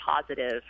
positive